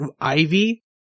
ivy